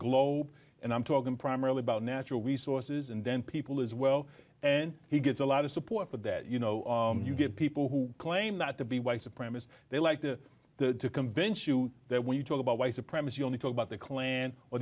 globe and i'm talking primarily about natural resources and then people as well and he gets a lot of support for that you know you get people who claim not to be white the premise they like to to convince you that when you talk about white supremacy only talk about the klan or